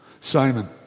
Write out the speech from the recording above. Simon